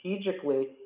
strategically